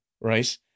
right